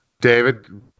David